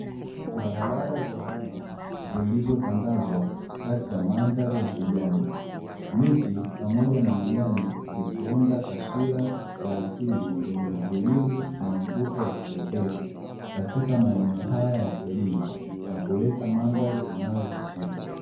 Barabara za vumbi Zilizotandazwa kati ya mandhari ya kijani. Miti pamoja na majani ikiunda taswira ya asili tulivu na mvuto wa kipekee katika maeneo haya ya porini na kuleta mandhari inayovutia